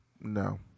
no